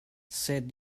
said